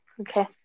Okay